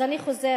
אז אני חוזרת,